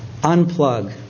Unplug